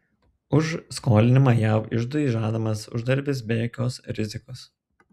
už skolinimą jav iždui žadamas uždarbis be jokios rizikos